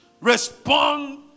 Respond